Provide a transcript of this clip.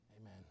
Amen